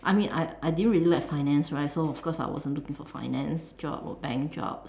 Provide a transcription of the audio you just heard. I mean I I didn't really like finance right so of course I wasn't looking for finance job or bank job